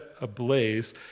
ablaze